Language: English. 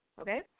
okay